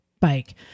bike